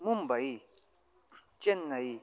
Mumbai Chennai